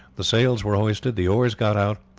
the sails were hoisted, the oars got out,